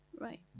Right